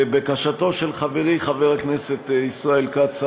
לבקשתו של חברי חבר הכנסת ישראל כץ,